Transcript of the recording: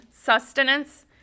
sustenance